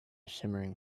shimmering